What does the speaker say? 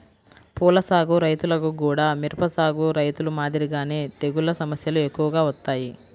పూల సాగు రైతులకు గూడా మిరప సాగు రైతులు మాదిరిగానే తెగుల్ల సమస్యలు ఎక్కువగా వత్తాయి